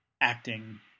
acting